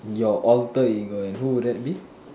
your alter ego and who will that be